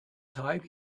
time